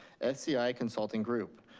sci consulting group,